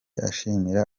ashimira